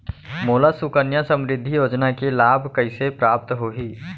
मोला सुकन्या समृद्धि योजना के लाभ कइसे प्राप्त होही?